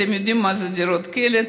אתם יודעים מה זה דירות קלט?